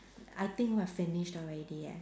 I think we have finished already eh